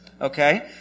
okay